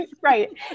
Right